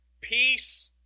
peace